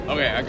Okay